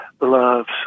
loves